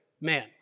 man